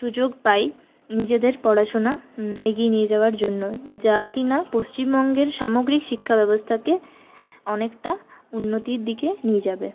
সুযোগ পায় নিজেদের পড়াশুনা এগিয়ে নিয়ে যাওয়ার জন্য যা কিনা পশ্চিমবঙ্গের সামগ্রিক শিক্ষাব্যবস্থাকে অনেকটা উন্নতির দিকে নিয়ে যাবে